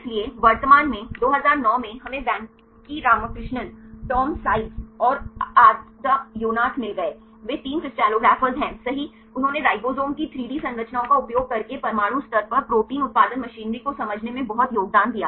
इसलिए वर्तमान में 2009 में हमें वेंकी रामकृष्णन टॉम सेज और आदो योनाथ मिल गए वे तीन क्रिस्टलोग्रफ़र हैंसही उन्होंने राइबोसोम की 3 डी संरचनाओं का उपयोग करके परमाणु स्तर पर प्रोटीन उत्पादन मशीनरी को समझने में बहुत योगदान दिया